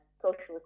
socialist